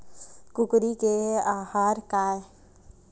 कुकरी के आहार काय?